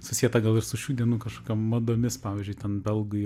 susieta su šių dienų kažkokiom madomis pavyzdžiui ten belgai